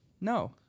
No